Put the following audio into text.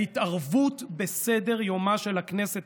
ההתערבות בסדר-יומה של הכנסת,